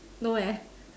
no eh